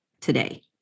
today